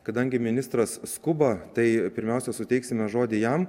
kadangi ministras skuba tai pirmiausia suteiksime žodį jam